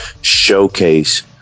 showcase